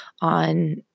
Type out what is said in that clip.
on